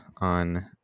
on